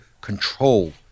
control